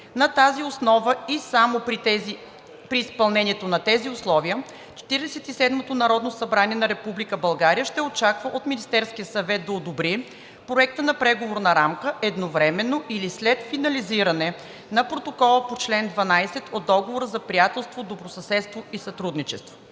На тази основа и само при изпълнението на тези условия Четиридесет и седмото Народно събрание на Република България ще очаква от Министерския съвет да одобри Проекта на Преговорна рамка едновременно или след финализиране на Протокола по чл. 12 от Договора за приятелство, добросъседство и сътрудничество.“